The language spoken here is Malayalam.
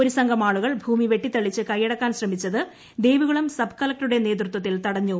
ഒരു സംഘമാളൂക്ക് ഭൂമി വെട്ടിത്തെളിച്ച് കയ്യടക്കാൻ ശ്രമിച്ചത് ദേവികുളം സ്യബ് ക്ളക്ടറുടെ നേതൃത്വത്തിൽ തടഞ്ഞു